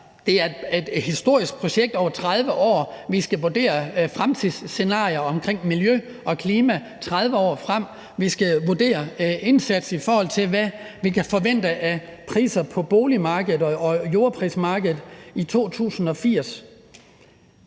det er et historisk projekt, der strækker sig over 30 år, hvor vi skal vurdere fremtidsscenarier med hensyn til miljø og klima 30 år frem. Vi skal vurdere indsatsen, i forhold til hvad vi kan forvente af priser på boligmarkedet og jordpriser i 2080.